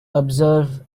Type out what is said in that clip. observe